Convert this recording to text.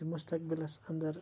زِ مُستقبِلَس اَندَر